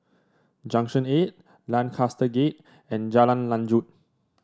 Junction Eight Lancaster Gate and Jalan Lanjut